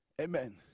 Amen